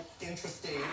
interesting